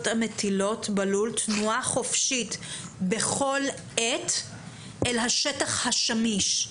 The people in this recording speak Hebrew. המטילות בלול תנועה חופשית בכל עת אל השטח השמיש,